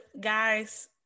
guys